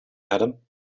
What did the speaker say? adam